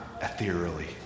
ethereally